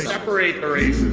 separate the races.